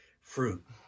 fruit